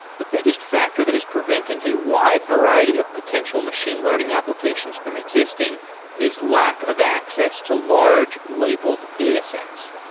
the biggest factor that is preventing a wide variety of potential machine learning applications from existing is lack of access to large labeled data sets.